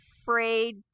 afraid